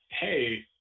hey